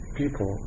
people